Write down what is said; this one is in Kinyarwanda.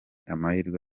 amahirwe